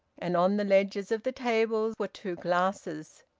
and on the ledges of the table were two glasses.